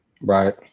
Right